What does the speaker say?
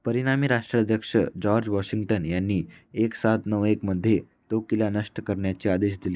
परिणामी राष्ट्राध्यक्ष George Washington यांनी एक सात नऊ एकमध्ये तो किल्ला नष्ट करण्याचे आदेश दिले